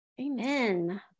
Amen